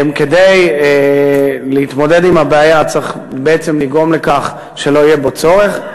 כדי להתמודד עם הבעיה צריך בעצם לגרום לכך שלא יהיה בו צורך.